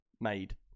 Made